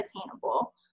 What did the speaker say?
attainable